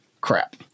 Crap